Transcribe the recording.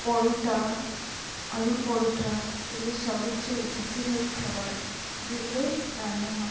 পরোটা আলুর পরোঠা এগুলো সব হচ্ছে ঐতিহ্যবাহী খাবার যেগুলো রান্না হয়